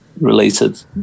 related